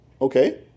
Okay